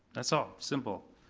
that's all, simple.